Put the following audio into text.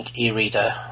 e-reader